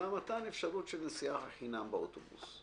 אלא מתן אפשרות של נסיעה חינם באוטובוס.